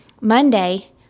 Monday